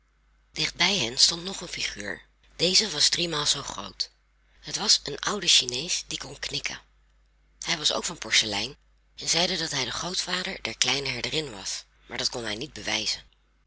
dicht bij hen stond nog een figuur deze was driemaal zoo groot het was een oude chinees die kon knikken hij was ook van porselein en zeide dat hij de grootvader der kleine herderin was maar dat kon hij niet bewijzen